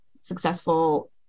successful